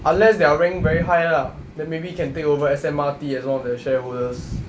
unless their rank very high lah then maybe can take over S_M_R_T as one of their shareholders